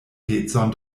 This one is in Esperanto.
pecon